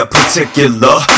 particular